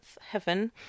Heaven